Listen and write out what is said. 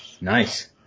nice